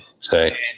Say